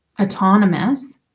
autonomous